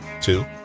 Two